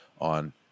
on